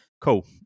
cool